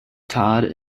todd